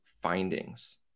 findings